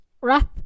wrap